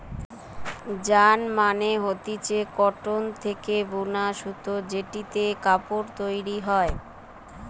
yarn মানে হতিছে cotton থেকে বুনা সুতো জেটিতে কাপড় তৈরী হয়